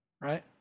right